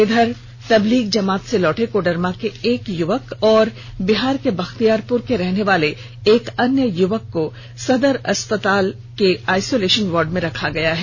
इधर तबलीगी जमात से लौटे कोडरमा के एक युवक और बिहार के बख्तियारपुर के रहने वाले एक अन्य युवक को सदर अस्पताल के आइसोलेशन वार्ड में रखा गया है